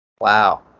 Wow